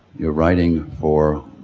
your writing for,